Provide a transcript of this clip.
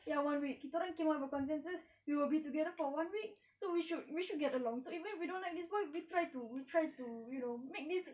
ya one week kita orang came up with a consensus we will be together for one week so we should we should get along so even we don't like this boy we try to we try to you know make this